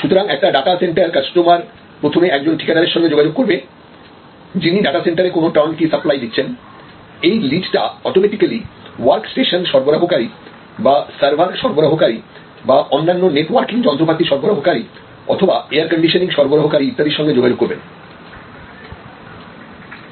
সুতরাং একটা data centre customer প্রথমে একজন ঠিকাদারের সঙ্গে যোগাযোগ করবে যিনি ডাটা সেন্টারে কোন টার্ন কি সাপ্লাই দিচ্ছেন এই লিডটা অটোমেটিক্যালি ওয়ার্কস্টেশন সরবরাহকারী বা সার্ভার সরবরাহকারী বা অন্যান্য নেটওয়ার্কিং যন্ত্রপাতি সরবরাহকারী অথবা এয়ারকন্ডিশনিং সরবরাহকারী ইত্যাদির সঙ্গে যোগাযোগ করবেন